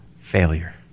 Failure